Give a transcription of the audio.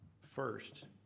first